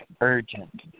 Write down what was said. urgent